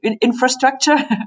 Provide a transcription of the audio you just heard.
infrastructure